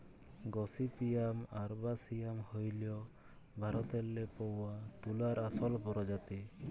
gossypium arboreum হ্যইল ভারতেল্লে পাউয়া তুলার আসল পরজাতি